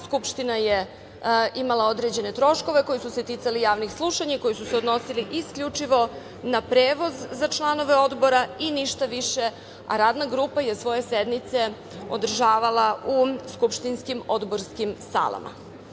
Skupština je imala određene troškove koji su se ticali javnih slušanja i koji su se odnosili isključivo na prevoz na članove odbora i ništa više, a Radna grupa je svoje sednice održavala u skupštinskim odborskim salama.